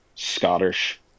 scottish